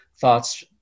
thoughts